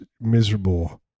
miserable